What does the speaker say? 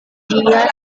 terlihat